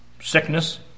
sickness